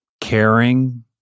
caring